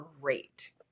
great